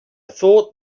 thought